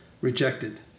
Rejected